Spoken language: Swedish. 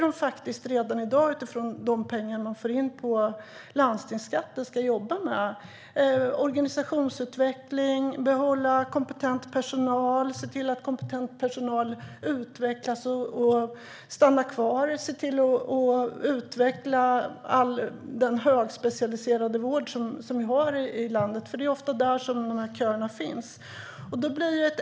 De ska redan i dag utifrån de pengar som de får in från landstingsskatten jobba med organisationsutveckling, att behålla kompetent personal, det vill säga att se till att kompetent personal utvecklas och stannar kvar. De ska se till att utveckla den högspecialiserade vård vi har i landet. Det är ofta där som köerna finns.